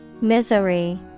Misery